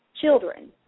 children